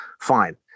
Fine